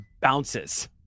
bounces